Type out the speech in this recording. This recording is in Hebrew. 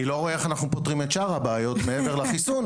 אני לא רואה איך אנחנו פותרים את שאר הבעיות מעבר לחיסון.